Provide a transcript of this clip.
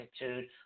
attitude